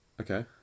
Okay